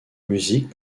musique